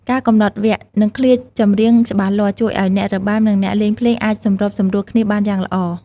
ការកំណត់វគ្គ និងឃ្លាចម្រៀងច្បាស់លាស់ ជួយឱ្យអ្នករបាំ និងអ្នកលេងភ្លេងអាចសម្របសម្រួលគ្នាបានយ៉ាងល្អ។